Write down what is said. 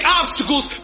obstacles